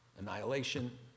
annihilation